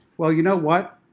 well you know what?